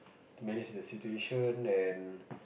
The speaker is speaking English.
manage the situation and